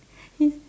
yes